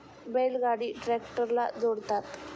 बैल गाडी ट्रॅक्टरला जोडतात